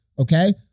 Okay